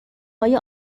های